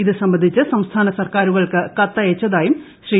ഇത് സംബന്ധിച്ച് സംസ്ഥാന സർക്കാരുകൾക്ക് കത്തയച്ചതായും ശ്രീ